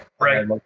Right